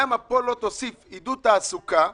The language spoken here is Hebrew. למה פה לא תוסיף עידוד תעסוקה ותגיד: